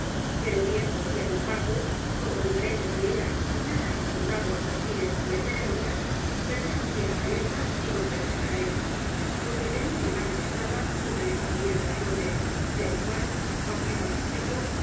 pero bien podía don paco como lugareño que era y nada acostumbrado á perfiles y á ceremonias perder un día la cabeza y rompérsela á él porque tenía la mano pesada y manejaba bien el garrote de lo cual aunque